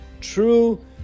true